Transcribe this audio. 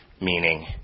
meaning